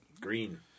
Green